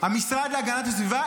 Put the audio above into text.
איכות הסביבה,